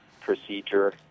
procedure